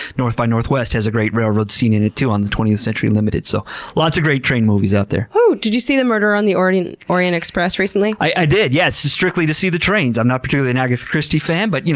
north by northwest has a great railroad scene in it, too, on the twentieth century limited. so lots of great train movies out there. wooh! did you see murder on the orient orient express recently? i did, yes. strictly to see the trains. i'm not particularly an agatha christie fan, but, you